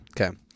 Okay